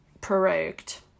prorogued